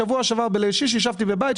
שבוע שעבר בליל שישי ישבתי בבית,